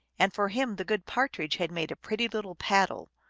and for him the good par tridge had made a pretty little paddle,